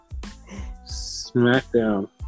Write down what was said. Smackdown